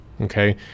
Okay